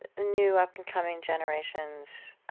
ah new, up-and-coming generations